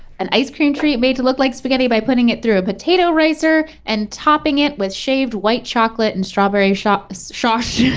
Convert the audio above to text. an ice cream treat made to look like spaghetti by putting it through a potato ricer and topping it with shaved white chocolate and strawberry so shosh.